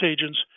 agents